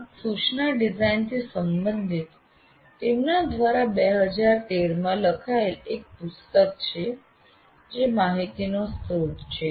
આ સૂચના ડિઝાઇન થી સંબંધિત તેમના દ્વારા 2013 માં લખાયેલ એક પુસ્તક છે જે માહિતીનો સ્રોત છે